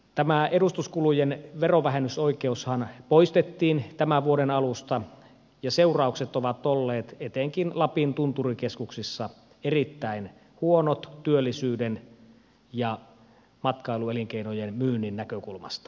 tämä edustuskulujen verovähennysoikeushan poistettiin tämän vuoden alusta ja seuraukset ovat olleet etenkin lapin tunturikeskuksissa erittäin huonot työllisyyden ja matkailuelinkeinojen myynnin näkökulmasta